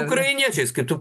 ukrainiečiais kai tu